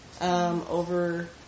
over